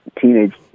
teenage